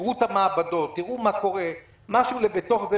תראו את המעבדות, תראו מה קורה, מה הולך בפנים.